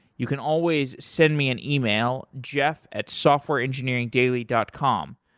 you can always send me an email, jeff at softwareengineeringdaily dot com.